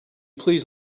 please